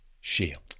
shield